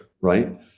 right